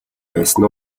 байсан